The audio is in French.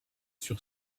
sur